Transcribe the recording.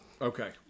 Okay